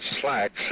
slacks